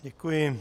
Děkuji.